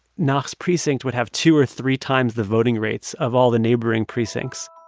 naakh's precinct would have two or three times the voting rates of all the neighboring precincts